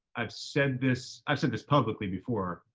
i've said this, i've said this publicly before,